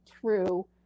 true